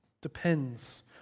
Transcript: depends